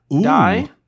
die